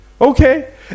Okay